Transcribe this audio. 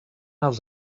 els